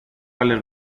άλλες